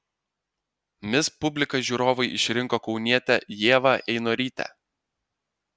mis publika žiūrovai išrinko kaunietę ievą einorytę